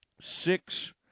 six